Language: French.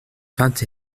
vingt